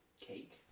cake